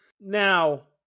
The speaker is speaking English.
now